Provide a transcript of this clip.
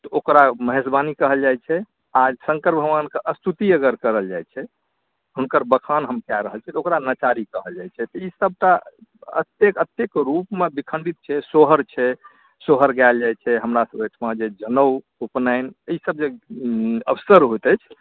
तऽ ओकरा महेशवाणी कहल जाइत छै आ शङ्कर भगवानके स्तुति अगर कयल जाइत छै हुनकर बखान हम कए रहल छी तऽ ओकरा नचारी कहल जाइत छै तऽ ई सभटा अतेक अतेक रूपमे विखण्डित छै सोहर छै सोहर गायल जाइत छै हमरासभ ओहिठमा जे जनेउ उपनयन ईसभ जे अवसर होइत अछि